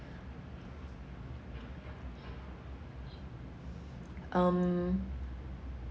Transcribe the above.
um